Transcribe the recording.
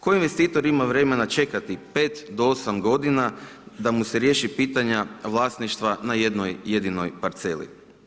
Koji investitor ima vremena čekati 5-8 g. da mu se riješi pitanja vlasništva na jednoj jedinoj parceli.